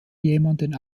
jemanden